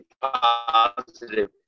positive